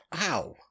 Ow